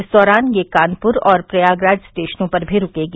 इस दौरान यह कानपुर और प्रयागराज स्टेशनों पर भी रूकेगी